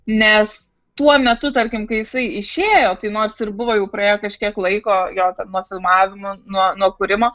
nes tuo metu tarkim kai jisai išėjo tai nors ir buvo jau praėję kažkiek laiko jo ten nuo filmavimo nuo nuo kūrimo